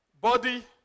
body